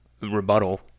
Rebuttal